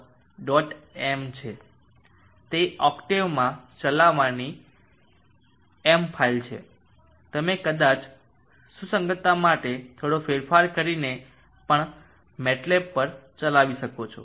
m છે તે ઓક્ટેવમાં ચલાવવાની એક m ફાઇલ છે તમે કદાચ સુસંગતતા માટે થોડો ફેરફાર કરીને પણ MATLAB પર ચલાવી શકો છો